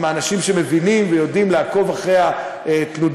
עם האנשים שמבינים ויודעים לעקוב אחרי תנודות